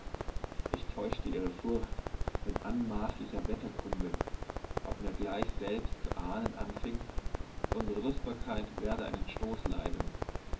ich täuschte ihre furcht mit anmaßlicher wetterkunde ob mir gleich selbst zu ahnen anfing unsere lustbarkeit werde einen stoß leiden